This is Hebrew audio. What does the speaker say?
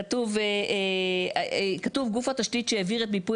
כתוב "גוף התשתית שהעביר את מיפוי